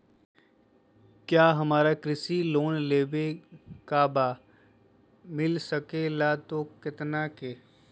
क्या हमारा कृषि लोन लेवे का बा मिलता सके ला तो कितना के?